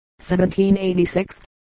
1786